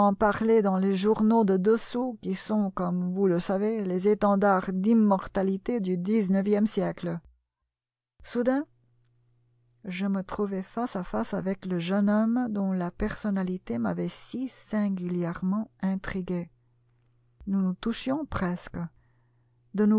parlait dans les journaux à deux sous qui sont comme vous le savez les étendards d'immortalité du dix-neuvième siècle soudain je me trouvai face à face avec le jeune homme dont la personnalité m'avait si singulièrement intrigué nous nous touchions presque